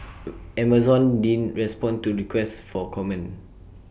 Amazon didn't respond to requests for comment